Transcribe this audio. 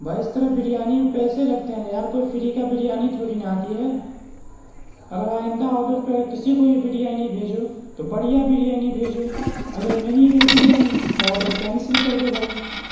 بھائی اس طرح بریانی میں پیسے لگتے ہیں یار کوئی فری کا بریانی تھوڑی نہ آتی ہے اگر آئندہ آڈر کر کسی کو بھی بریانی بھیجو تو بڑھیا بریانی بھیجو اگر نہیں ہے بریانی تو آڈر کینسل کر دو بھائی